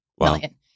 million